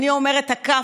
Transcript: אני אומרת הכאפות: